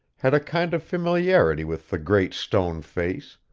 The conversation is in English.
had a kind of familiarity with the great stone face,